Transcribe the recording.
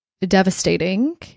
devastating